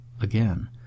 again